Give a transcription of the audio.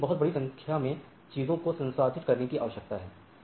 तो यहां एक बहुत बड़ी संख्या में चीजों को संसाधित करने की आवश्यकता है